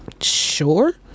sure